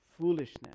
foolishness